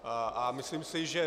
A myslím si, že